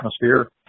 atmosphere